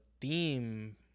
theme